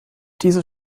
diese